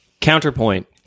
counterpoint